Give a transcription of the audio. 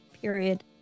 period